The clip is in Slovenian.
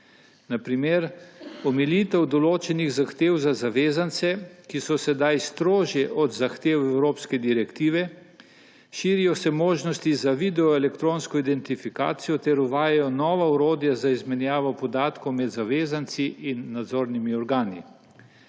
na primer omilitev določenih zahtev za zavezance, ki so sedaj strožje od zahtev evropske direktive, širijo se možnosti za video-elektronsko identifikacijo ter uvajajo nova orodja za izmenjavo podatkov med zavezanci in nadzornimi organi.